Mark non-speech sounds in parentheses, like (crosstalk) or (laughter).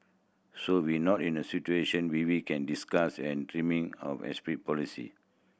so we're not in a situation where we can discuss and (unintelligible) of (unintelligible) policy